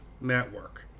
network